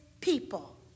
People